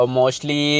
mostly